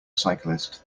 cyclist